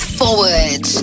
forward